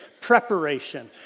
preparation